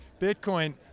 Bitcoin